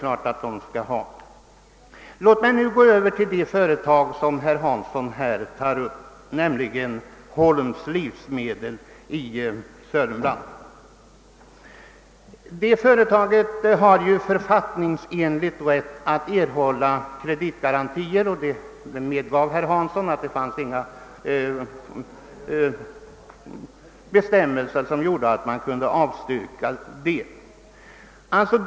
Låt mig nu gå över till det företag som herr Hansson tar upp, nämligen Holms livsmedel i Södermanland. Detta företag har författningsenligt rätt att erhålla kreditgarantier, och herr Hansson medgav att det inte fanns några bestämmelser som gjorde att man kunde avstyrka dessa.